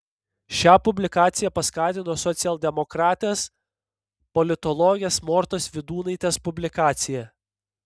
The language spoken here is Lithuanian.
šią publikaciją paskatino socialdemokratės politologės mortos vydūnaitės publikacija